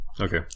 Okay